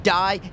die